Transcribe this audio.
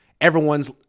everyone's